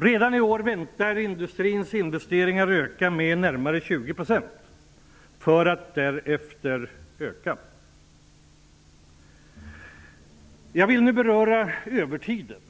Redan i år väntas industrins investeringar öka med närmare 20 %. Därefter fortsätter de att öka. Jag vill nu beröra övertiden.